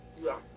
Yes